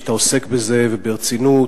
שאתה עוסק בזה וברצינות,